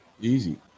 Easy